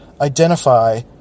identify